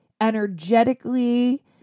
energetically